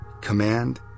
command